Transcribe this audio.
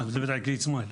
את מדברת על כללית סמייל.